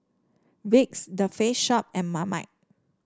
Vicks The Face Shop and Marmite